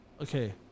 okay